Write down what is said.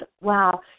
Wow